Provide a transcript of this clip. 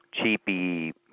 cheapy